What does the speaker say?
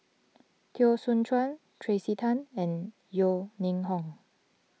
Teo Soon Chuan Tracey Tan and Yeo Ning Hong